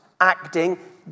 acting